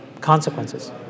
consequences